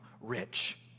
rich